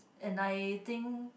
and I think